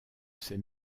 ces